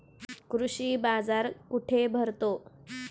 कृषी बाजार कुठे भरतो?